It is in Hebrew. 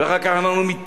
ואחר כך אנחנו מתפלאים.